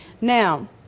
Now